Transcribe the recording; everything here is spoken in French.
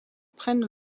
prennent